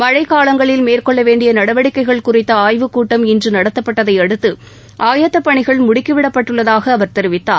மழைக் காலங்களில் மேற்கொள்ள வேண்டிய நடவடிக்கைகள் குறித்த ஆய்வுக் கூட்டம் இன்று நடத்தப்பட்டதையடுத்து ஆயத்தப் பணிகள் முடுக்கிவிடப்பட்டுள்ளதாக அவர் தெரிவித்தார்